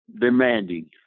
Demanding